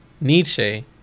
Nietzsche